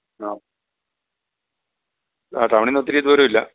ആ ആ ടൗണിൽ നിന്ന് ഒത്തിരി ദൂരമില്ല